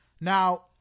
now